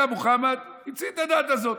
היה מוחמד, המציא את הדת הזאת.